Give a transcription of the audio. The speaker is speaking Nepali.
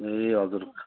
ए हजुर